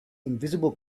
invisible